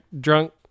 drunk